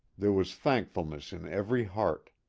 there was thankfulness in every heart.